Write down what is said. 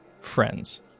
friends